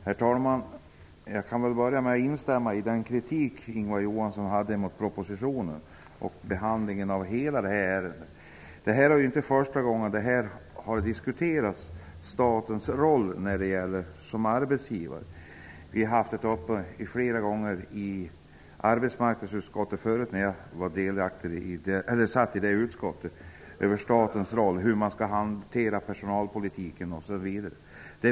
Herr talman! Jag kan börja med att instämma i den kritik som Ingvar Johnsson hade mot propositionen och behandlingen av ärendet. Det är inte första gången frågan om statens roll som arbetsgivare diskuteras. Vi hade flera gånger i arbetsmarknadsutskottet förut när jag satt i det utskottet uppe frågan hur staten skall hantera personalpolitiken osv.